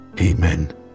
Amen